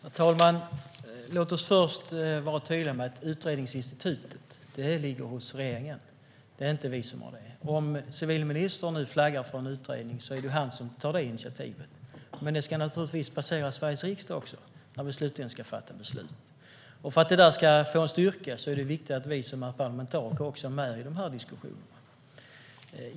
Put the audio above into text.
Herr talman! Låt oss först vara tydliga med att utredningsinstitutet ligger hos regeringen. Det är inte vi som har det. Om civilministern flaggar för en utredning nu är det han som tar det initiativet. Men det ska naturligtvis passera Sveriges riksdag också, där vi slutligen ska fatta ett beslut. För att det ska få en styrka är det viktigt att vi parlamentariker är med i diskussionerna.